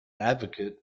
advocate